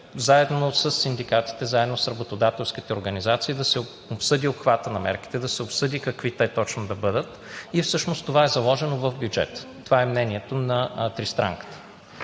заедно със синдикатите, заедно с работодателските организации да се обсъди обхватът на мерките, да се обсъди какви точно да бъдат и всъщност това е заложено в бюджета. Това е мнението на Тристранката.